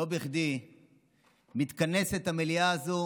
לא בכדי מתכנסת המליאה הזאת